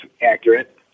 accurate